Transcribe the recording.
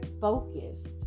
focused